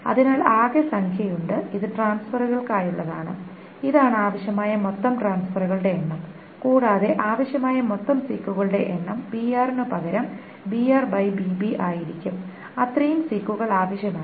അതിനാൽ ആകെ സംഖ്യയുണ്ട് ഇത് ട്രാൻസ്ഫറുകൾക്കായുള്ളതാണ് ഇതാണ് ആവശ്യമായ മൊത്തം ട്രാൻസ്ഫറുകളുടെ എണ്ണം കൂടാതെ ആവശ്യമായ മൊത്തം സീക്കുകളുടെ എണ്ണം br നു പകരം brbb ആയിരിക്കും അത്രയും സീക്കുകൾ ആവശ്യമാണ്